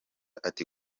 ati